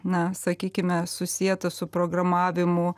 na sakykime susieta su programavimu